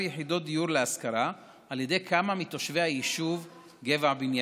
יחידות דיור להשכרה על ידי כמה מתושבי היישוב גבע-בנימין.